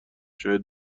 شاید